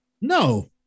No